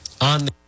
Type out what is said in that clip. on